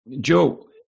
Joe